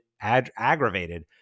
aggravated